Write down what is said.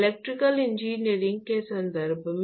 electrical engineering के संदर्भ में